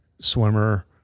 swimmer